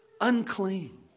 unclean